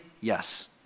Yes